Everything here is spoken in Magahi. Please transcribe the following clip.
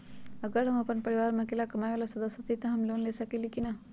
अगर हम अपन परिवार में अकेला कमाये वाला सदस्य हती त हम लोन ले सकेली की न?